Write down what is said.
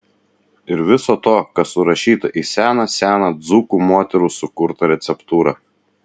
ir viso to kas surašyta į seną seną dzūkų moterų sukurtą receptūrą